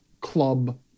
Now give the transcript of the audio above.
club